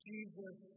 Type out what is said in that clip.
Jesus